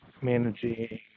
managing